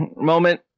moment